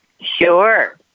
Sure